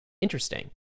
interesting